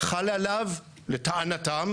חלה עליו לטענתם,